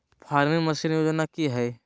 Farming machine योजना कि हैय?